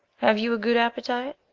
have you a good appetite?